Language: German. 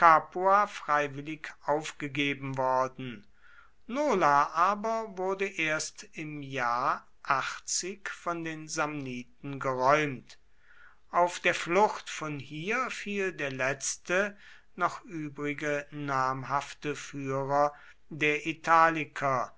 freiwillig aufgegeben worden nola aber wurde erst im jahr von den samniten geräumt auf der flucht von hier fiel der letzte noch übrige namhafte führer der italiker